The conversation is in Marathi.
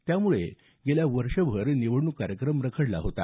त्यामुळे गेल्या वर्षभर निवडणुक कार्यक्रम रखडला होता